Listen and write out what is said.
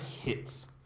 hits